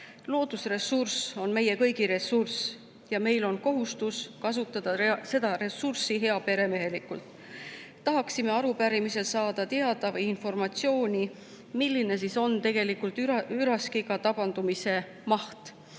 Loodusressurss on meie kõigi ressurss ja meil on kohustus kasutada seda ressurssi heaperemehelikult. Tahaksime arupärimisega saada informatsiooni, milline on tegelikult üraskiga tabandumise maht,